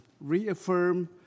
reaffirm